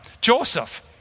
Joseph